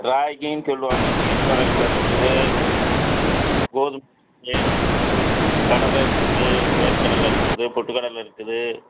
ராகின்னு சொல்லுவாங்க கேழ்வரகுல இருக்குது கோதுமை இருக்குது கடலை இருக்குது வேர்க்கடலை இருக்குது பொட்டுக்கடலை இருக்குது